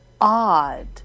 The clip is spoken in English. odd